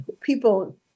people